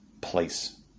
place